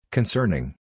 Concerning